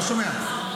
מה עם האופוזיציה?